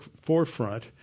forefront